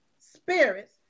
spirits